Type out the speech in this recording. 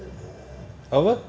macam ah